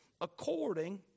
According